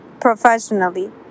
professionally